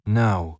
now